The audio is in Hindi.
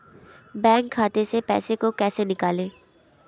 बैंक खाते से पैसे को कैसे निकालें?